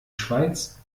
schweiz